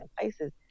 places